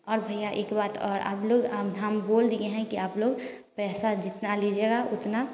और भैया एक बात और आप लोग हम बोल दिए हैं कि आप लोग पैसा जितना लीजिएगा उतना